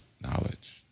knowledge